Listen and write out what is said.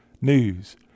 news